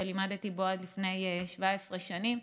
שלימדתי בו עד לפני 17 שנים.